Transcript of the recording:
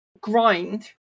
grind